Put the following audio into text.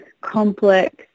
complex